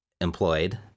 employed